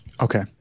Okay